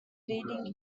leading